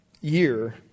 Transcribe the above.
year